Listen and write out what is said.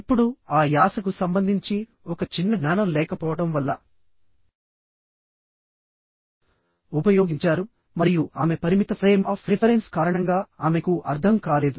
ఇప్పుడుఆ యాసకు సంబంధించి ఒక చిన్న జ్ఞానం లేకపోవడం వల్ల ఉపయోగించారు మరియు ఆమె పరిమిత ఫ్రేమ్ ఆఫ్ రిఫరెన్స్ కారణంగా ఆమెకు అర్థం కాలేదు